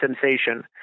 sensation